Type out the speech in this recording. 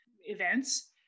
events